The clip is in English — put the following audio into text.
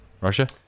russia